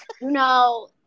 no